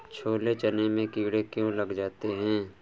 छोले चने में कीड़े क्यो लग जाते हैं?